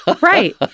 Right